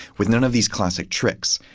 with none of these classic tricks.